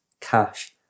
cash